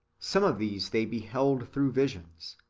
some of these they beheld through visions,